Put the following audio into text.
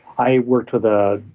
i worked with a,